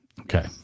Okay